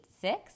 six